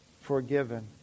forgiven